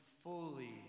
fully